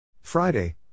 Friday